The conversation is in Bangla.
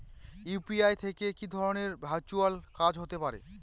ইউ.পি.আই থেকে কি ধরণের ভার্চুয়াল কাজ হতে পারে?